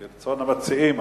כרצון המציעים.